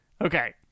Okay